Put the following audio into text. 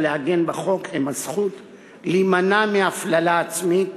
לעגן בחוק הן הזכות להימנע מהפללה עצמית,